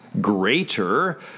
greater